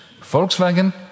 Volkswagen